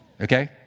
Okay